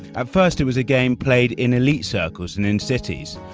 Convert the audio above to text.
at first, it was a game played in elite circles and in cities,